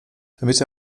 damit